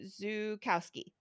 Zukowski